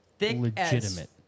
legitimate